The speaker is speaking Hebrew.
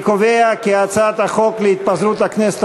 אני קובע כי הצעת החוק התפזרות הכנסת